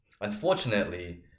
Unfortunately